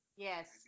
Yes